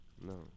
No